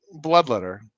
bloodletter